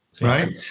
right